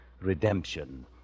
redemption